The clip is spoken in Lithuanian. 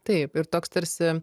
taip ir toks tarsi